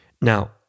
Now